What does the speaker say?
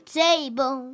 table